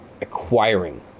acquiring